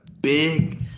big